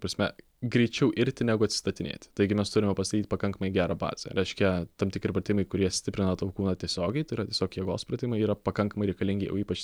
prasme greičiau irti negu atstatinėti taigi mes turime pastatyt pakankamai gerą bazę reiškia tam tikri pratimai kurie stiprina tavo kūną tiesiogiai tai yra tiesiog jėgos pratimai jie yra pakankamai reikalingi o ypač